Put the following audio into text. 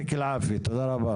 תודה רבה.